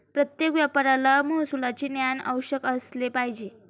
प्रत्येक व्यापाऱ्याला महसुलाचे ज्ञान अवश्य असले पाहिजे